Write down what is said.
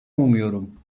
umuyorum